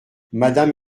madame